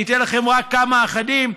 אני אתן לכם רק כמה אחדים,